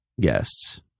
guests